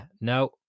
No